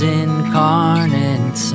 incarnate